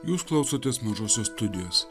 jūs klausotės mažosios studijos